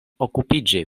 okupiĝi